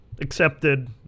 accepted